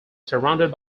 surrounded